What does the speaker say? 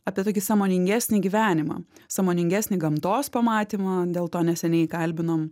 apie tokį sąmoningesnį gyvenimą sąmoningesnį gamtos pamatymą dėl to neseniai kalbinom